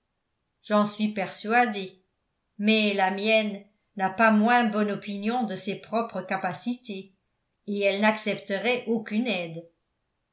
j'en suis persuadé mais la mienne n'a pas moins bonne opinion de ses propres capacités et elle n'accepterait aucune aide